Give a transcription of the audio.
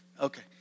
Okay